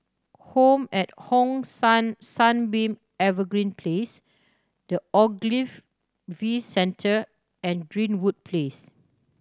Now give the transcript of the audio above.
home at Hong San Sunbeam Evergreen Place The Ogilvy V Centre and Greenwood Place